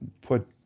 put